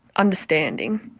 understanding.